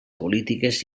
polítiques